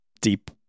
deep